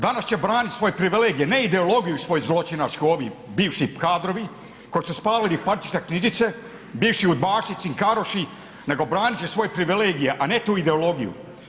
Danas će braniti svoje privilegije, ne ideologiju svoju zločinački ovi bivši kadrovi koji su … knjižice, bivši udbaši, cinkaroši nego branit će svoje privilegije, a ne tu ideologiju.